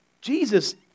Jesus